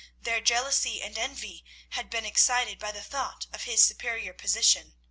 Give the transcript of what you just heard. their jealousy and envy had been excited by the thought of his superior position.